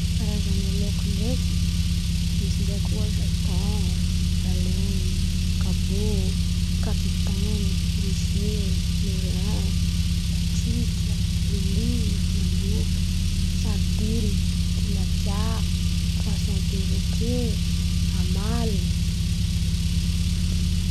Karazan̈a laôko ndraiky: misy ndraiky koa ôhatra ton, balainy, kabô, kapitainy, rozie, merlàn, Lilia, maloky, sardiny, tilapia, poason perôke, amalon̈o.